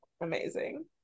amazing